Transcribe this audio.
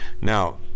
Now